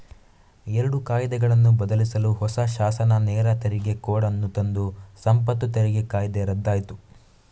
ಎರಡು ಕಾಯಿದೆಗಳನ್ನು ಬದಲಿಸಲು ಹೊಸ ಶಾಸನ ನೇರ ತೆರಿಗೆ ಕೋಡ್ ಅನ್ನು ತಂದು ಸಂಪತ್ತು ತೆರಿಗೆ ಕಾಯ್ದೆ ರದ್ದಾಯ್ತು